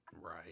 Right